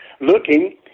looking